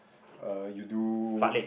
uh you do